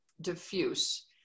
diffuse